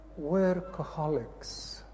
Workaholics